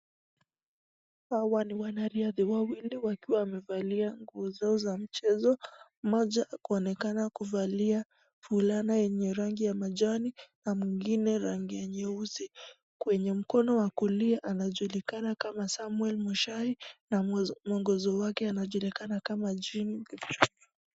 Hawa ni wanariadha wawili wakiwa wamevalia nguo zao za mchezo, Mmoja wao kuonekana kuvalia fulana yenye rangi ya majani na mwingine rangi ya nyeusi, kwenye upande wa kulia anajulikana kama samwel macharia na mwongizi wake anajulikana kama Jim.